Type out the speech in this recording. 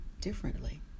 differently